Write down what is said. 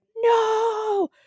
no